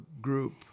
group